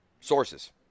Sources